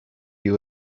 you